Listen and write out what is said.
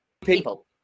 people